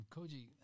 Koji